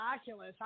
Oculus